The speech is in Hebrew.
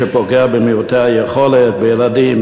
שפוגע במעוטי היכולת: בילדים,